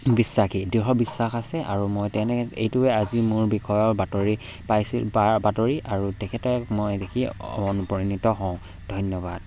বিশ্বাসী দৃঢ় বিশ্বাস আছে আৰু মই তেনে এইটোৱে আজি মোৰ বিষয়ৰ বাতৰি পাইছি বা বাতৰি আৰু তেখেতক মই দেখি অনুপ্ৰাণিত হওঁ ধন্যবাদ